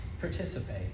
participate